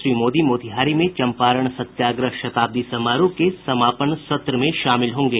श्री मोदी मोतिहारी में चंपारण सत्याग्रह शताब्दी समारोह के समापन सत्र में शामिल होंगे